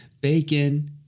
Bacon